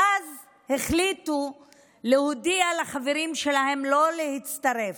ואז הם החליטו להודיע לחברים שלהם לא להצטרף.